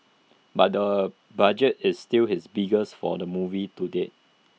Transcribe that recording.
but the budget is still his biggest for A movie to date